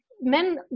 men